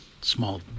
Small